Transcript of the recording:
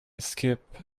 skip